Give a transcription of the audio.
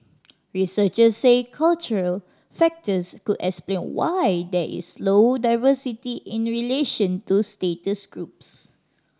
researchers said cultural factors could explain why there is low diversity in relation to status groups